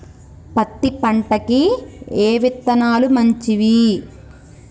పత్తి పంటకి ఏ విత్తనాలు మంచివి?